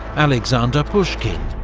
alexander pushkin,